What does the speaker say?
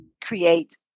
create